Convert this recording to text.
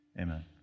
Amen